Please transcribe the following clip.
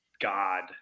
God